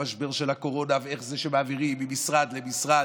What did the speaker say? משבר הקורונה ואיך זה שמעבירים ממשרד למשרד.